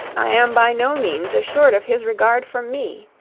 i am by no means assured of his regard for me.